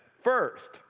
First